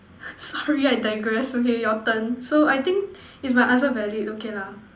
sorry I digress okay your turn so I think is my answer valid okay lah